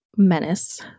Menace